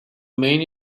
main